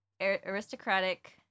aristocratic